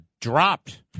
dropped